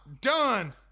done